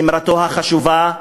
אמרתו החשובה: